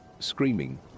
Screaming